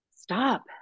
stop